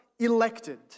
Elected